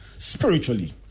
Spiritually